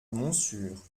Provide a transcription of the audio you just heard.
montsûrs